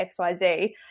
XYZ